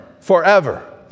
forever